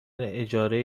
اجاره